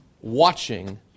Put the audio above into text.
watching